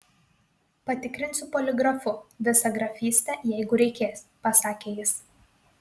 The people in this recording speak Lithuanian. patikrinsiu poligrafu visą grafystę jeigu reikės pasakė jis